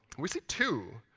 we see two.